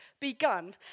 begun